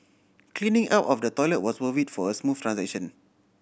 cleaning up of the toilet was worth it for a smooth transaction